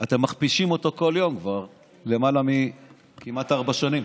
אתם מכפישים אותו כל יום כבר כמעט ארבע שנים,